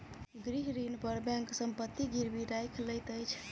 गृह ऋण पर बैंक संपत्ति गिरवी राइख लैत अछि